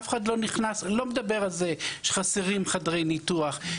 אני לא מדבר על זה שחסרים חדרי ניתוח.